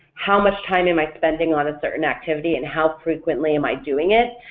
how much time am i spending on a certain activity and how frequently am i doing it,